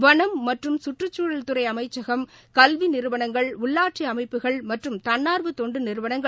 வனம் மற்றும் சுற்றுச்சூழல் துறை அமைச்சகம் கல்வி நிறுவனங்கள் உள்ளாட்சி அமைப்புகள் மற்றும் தன்னாா்வு தொண்டு நிறுவனங்கள்